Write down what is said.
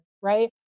right